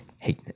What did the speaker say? Hey